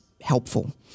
helpful